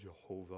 jehovah